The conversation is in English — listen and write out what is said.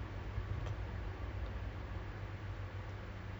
are you sh~ will you technically will you be shifting to your